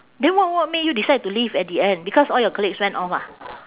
then what what made you decide to leave at the end because all your colleagues went off ah